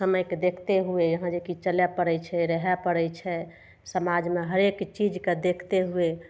समयके देखते हुए यहाँ जे कि चलय पड़य छै रहय पड़य छै समाजमे हरेक चीजके देखते हुए